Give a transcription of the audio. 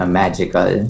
magical